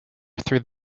through